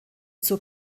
zur